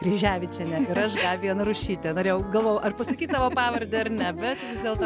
kryževičiene ir aš gabija narušytė norėjau galvojau ar pasakyt tavo pavardę ar ne bet vis dėlto